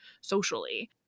socially